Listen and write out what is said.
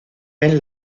ven